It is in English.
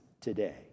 today